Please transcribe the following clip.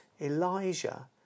Elijah